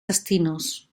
destinos